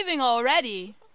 already